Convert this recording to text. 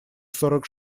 сорок